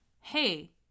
hey